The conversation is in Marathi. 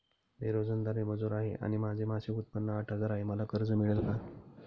मी रोजंदारी मजूर आहे आणि माझे मासिक उत्त्पन्न आठ हजार आहे, मला कर्ज मिळेल का?